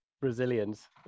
Brazilians